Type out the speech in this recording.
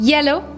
Yellow